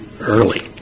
early